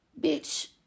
Bitch